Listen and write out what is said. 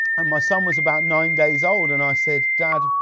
and my son was about nine days old and i said, dad,